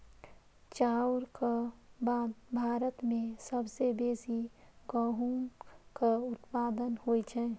चाउरक बाद भारत मे सबसं बेसी गहूमक उत्पादन होइ छै